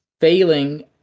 failing